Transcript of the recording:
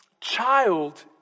child